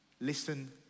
listen